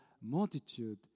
multitude